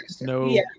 no